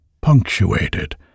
punctuated